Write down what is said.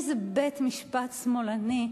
איזה בית-משפט שמאלני?